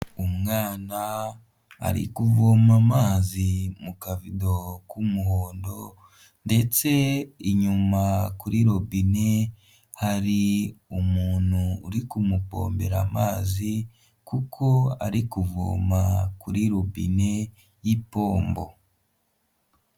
Umwana ari kuvoma amazi mu kavido k'umuhondo ndetse inyuma kuri robine hari umuntu uri kumupombera amazi kuko ari kuvoma kuri rubine y'ipombo.